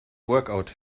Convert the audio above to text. workout